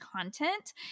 content